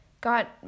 got